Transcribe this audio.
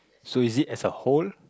so is it as a whole